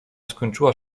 skończyła